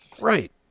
Right